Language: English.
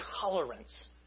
tolerance